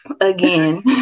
Again